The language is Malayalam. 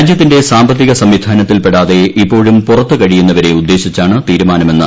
രാജ്യത്തിന്റെ സാമ്പത്തിക സംവിധാനത്തിൽ പെടാതെ ഇപ്പോഴും പുറത്ത് കഴിയുന്നവരെ ഉദ്ദേശിച്ചാണ് തീരുമാനമെന്ന്